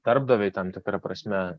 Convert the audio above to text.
darbdaviui tam tikra prasme